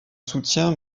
soutien